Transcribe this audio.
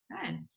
good